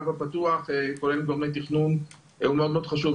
הפתוח כולל גורמי תכנון הוא מאוד חשוב.